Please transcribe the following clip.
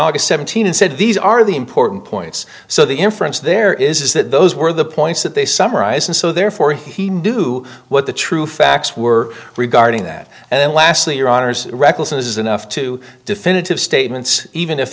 august seventeen and said these are the important points so the inference there is that those were the points that they summarize and so therefore he knew what the true facts were regarding that and then lastly your honour's recklessness is enough to definitive